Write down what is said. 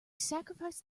sacrifice